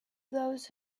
those